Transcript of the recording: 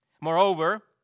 Moreover